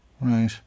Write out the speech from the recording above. Right